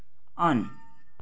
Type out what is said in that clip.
on